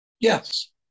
Yes